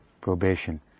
Probation